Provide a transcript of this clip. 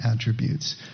attributes